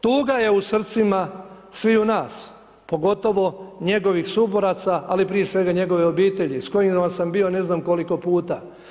Tuga je u srcima sviju nas, pogotovo njegovih suboraca, ali prije svega njegove obitelji s kojima sam bio ne znam koliko puta.